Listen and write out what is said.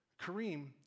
Kareem